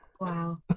Wow